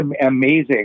amazing